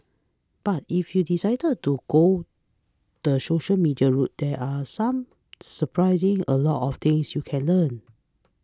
but if you decided to go the social media route there are some surprising a lot of things you can learn